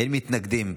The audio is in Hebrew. אין מתנגדים.